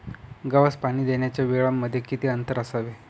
गव्हास पाणी देण्याच्या वेळांमध्ये किती अंतर असावे?